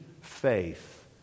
faith